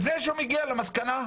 לפני שהוא מגיע למסקנה,